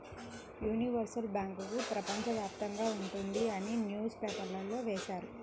universal bank ప్రపంచ వ్యాప్తంగా ఉంటుంది అని న్యూస్ పేపర్లో వేశారు